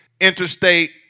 Interstate